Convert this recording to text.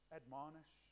admonish